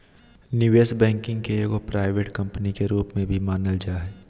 निवेश बैंकिंग के एगो प्राइवेट कम्पनी के रूप में भी मानल जा हय